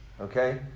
okay